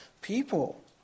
people